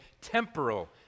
temporal